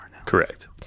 correct